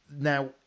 now